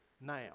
now